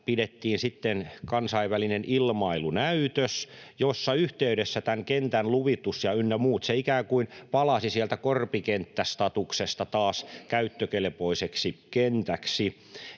sitten kansainvälinen ilmailunäytös, jonka yhteydessä tämä kenttä — luvitus ynnä muut — ikään kuin palasi sieltä korpikenttästatuksesta taas käyttökelpoiseksi kentäksi.